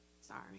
Sorry